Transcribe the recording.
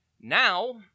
Now